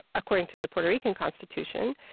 according to the puerto rican constitution.